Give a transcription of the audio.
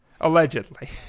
Allegedly